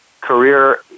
career